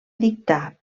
dictar